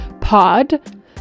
Pod